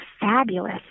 fabulous